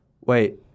Wait